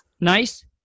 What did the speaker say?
Nice